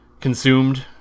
consumed